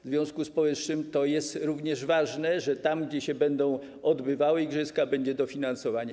W związku z powyższym to jest również ważne, że tam, gdzie się będą odbywały igrzyska, będzie dofinansowanie.